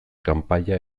kanpaia